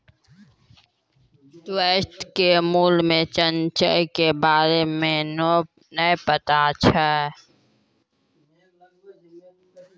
श्वेता के मूल्य संचय के बारे मे नै पता छै